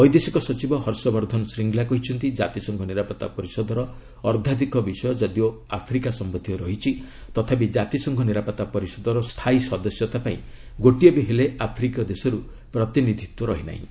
ବୈଦେଶିକ ସଚିବ ହର୍ଷବର୍ଦ୍ଧନ ଶ୍ରୀଙ୍ଗଲା କହିଛନ୍ତି କାତିସଂଘ ନିରାପତ୍ତା ପରିଷଦର ଅର୍ଦ୍ଧାଧିକ ବିଷୟ ଯଦିଓ ଆଫ୍ରିକା ସମ୍ଭନ୍ଧୀୟ ରହିଛି ତଥାପି କାତିସଂଘ ନିରାପତ୍ତା ପରିଷଦର ସ୍ଥାୟୀ ସଦସ୍ୟତା ପାଇଁ ଗୋଟିଏ ବି ହେଲେ ଆଫ୍ରିକୀୟ ଦେଶରୁ ପ୍ରତିନିଧିତ୍ୱ ରହି ନାହିଁ